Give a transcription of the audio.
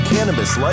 Cannabis